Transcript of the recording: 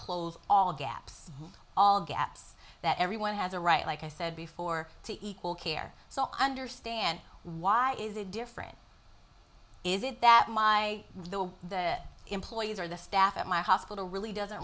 close all gaps all gaps that everyone has a right like i said before to equal care so i understand why is it different is it that my the employees or the staff at my hospital really doesn't